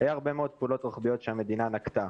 היו הרבה מאוד פעולות רוחביות שהמדינה נקטה.